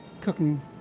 cooking